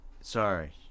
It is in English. Sorry